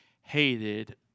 hated